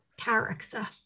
character